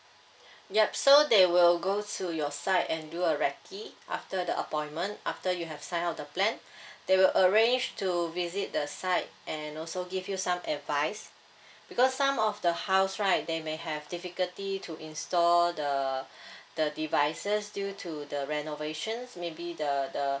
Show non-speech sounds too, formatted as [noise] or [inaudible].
yup so they will go to your side and do a recce after the appointment after you have sign up the plan [breath] they will arrange to visit the site and also give you some advice because some of the house right they may have difficulty to install the [breath] the devices due to the renovations maybe the the